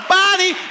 body